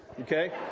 okay